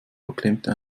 verklemmte